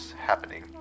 happening